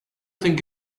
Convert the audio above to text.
think